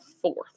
fourth